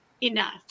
enough